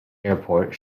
airport